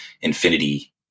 infinity